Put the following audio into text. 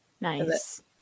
Nice